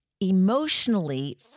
emotionally